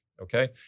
Okay